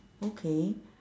okay